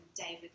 David